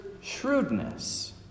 shrewdness